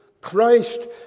Christ